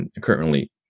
currently